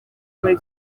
muri